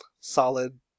solid